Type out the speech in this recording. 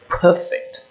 perfect